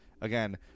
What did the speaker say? Again